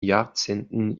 jahrzehnten